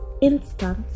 instance